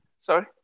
Sorry